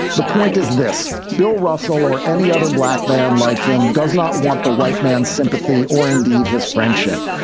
the point is this bill russell or any other black man like him does not want the white man's sympathy or indeed his friendship.